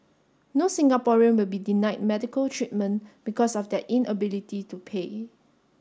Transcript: no Singaporean will be denied medical treatment because of their inability to pay